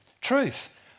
truth